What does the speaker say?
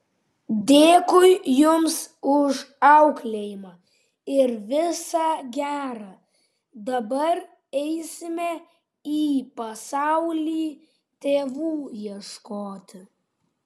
dėkui jums už auklėjimą ir visa gera dabar eisime į pasaulį tėvų ieškoti